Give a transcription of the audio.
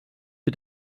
mit